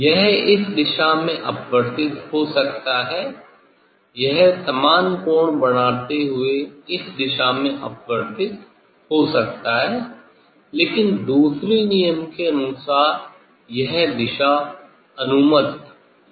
यह इस दिशा में अपवर्तित हो सकता है यह समान कोण बनाते हुए इस दिशा में अपवर्तित हो सकता है लेकिन दूसरे नियम के अनुसार यह दिशा अनुमतः नहीं है